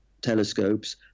telescopes